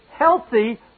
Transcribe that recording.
healthy